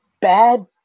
bad